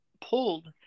pulled